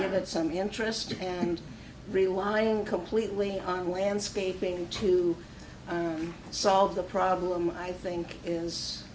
give it some interest and relying completely on landscaping to solve the problem i think is